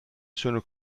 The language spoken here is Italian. sono